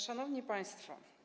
Szanowni Państwo!